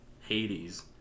Hades